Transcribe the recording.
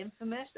infamous